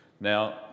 Now